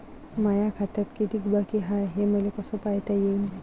माया खात्यात कितीक बाकी हाय, हे मले कस पायता येईन?